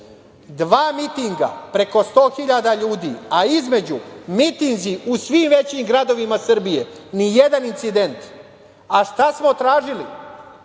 Dva mitinga, preko 100.000 ljudi a između mitinzi u svim većim gradovima Srbije, nijedan incident. Šta smo tražili?